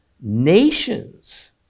nations